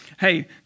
hey